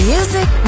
Music